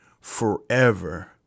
forever